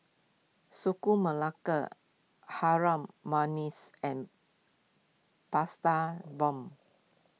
Sagu Melaka Harum Manis and pasta Bomb